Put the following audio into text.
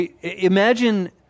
Imagine